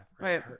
right